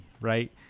right